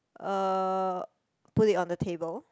uh put it on the table